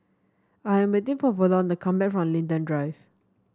I am waiting for Verlon to come back from Linden Drive